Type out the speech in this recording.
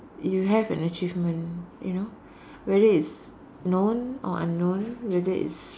you have an achievement you know whether it's known or unknown whether it's